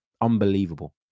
unbelievable